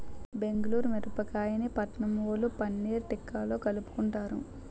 బెంగుళూరు మిరపకాయని పట్నంవొళ్ళు పన్నీర్ తిక్కాలో కలుపుకుంటారు